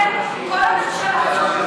אתם, כל הממשלה הזאת.